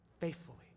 faithfully